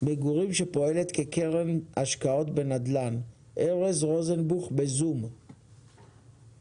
מגורים שפועלת כקרן השקעות בנדל"ן, בזום, בבקשה.